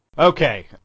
Okay